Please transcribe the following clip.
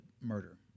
murder